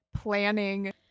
planning –